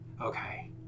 Okay